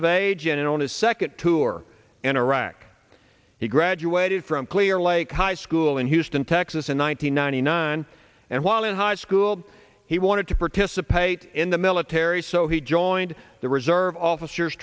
of age and on his second tour in iraq he graduated from clearlake high school in houston texas in one nine hundred ninety nine and while in high school he wanted to participate in the military so he joined the reserve officers